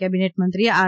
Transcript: cabinet મંત્રી R